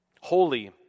Holy